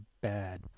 bad